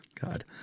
god